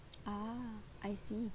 ah I see